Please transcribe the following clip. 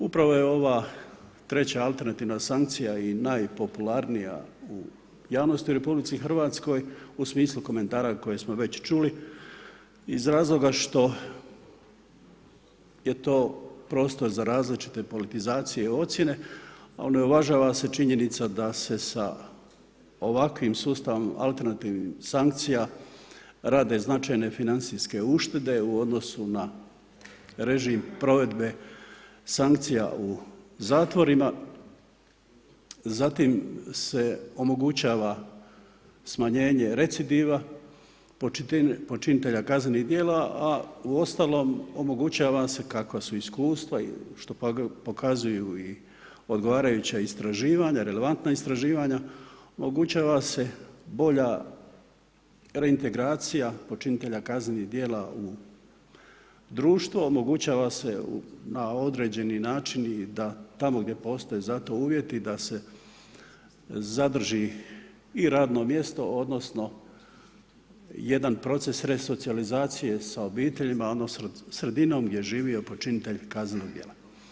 Upravo je ova treća alternativna sankcija i najpopularnija u javnosti u RH u smislu komentara koje smo već čuli iz razloga što je to prostor za različite politizacije i ocjene a ne uvažava se činjenica da se sa ovakvim sustavom alternativnih sankcija radi značajne financijske uštede u odnosu na režim provedbe sankcija u zatvorima zatim se omogućava smanjenje recidiva, počinitelja kaznenih djela, a uostalom omogućava se, kakva su iskustva, što pokazuju i odgovarajuća istraživanja, relevantna istraživanja, omogućava se reintegracija počinitelja kaznenih djela u društvu, omogućava se na određeni način i da tamo gdje postoje za to uvjeti da se zadrži i radno mjesto, odnosno, jedan proces resocijalizacija sa obiteljima, odnosno sredinom gdje je živio počinitelj kaznenog djela.